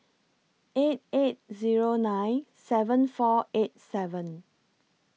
eight eight Zero nine seven four eight seven